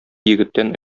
егеттән